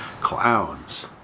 clowns